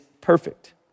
perfect